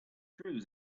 true